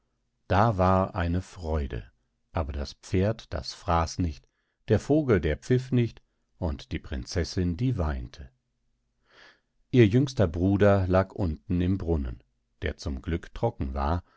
da war eine freude aber das pferd das fraß nicht der vogel der pfiff nicht und die prinzessin die weinte ihr jüngster bruder lag unten im brunnen der zum glück trocken war